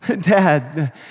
Dad